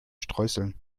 streuseln